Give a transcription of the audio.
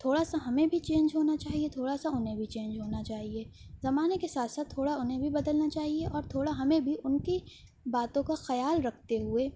تھوڑا سا ہمیں بھی چینج ہونا چاہیے تھوڑا سا انہیں بھی چینج ہونا چاہیے زمانہ کے ساتھ ساتھ تھوڑا انہیں بھی بدلنا چاہیے اور تھوڑا ہمیں بھی ان کی باتوں کا خیال رکھتے ہوئے